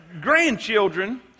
grandchildren